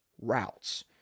routes